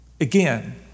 Again